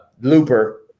looper